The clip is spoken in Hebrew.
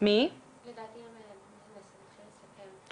פונים לדורית כהן מהשב"ס.